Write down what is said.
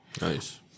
Nice